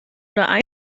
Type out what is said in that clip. oder